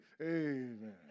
Amen